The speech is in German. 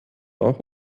auch